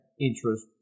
interest